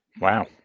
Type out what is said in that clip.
Wow